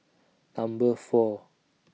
Number four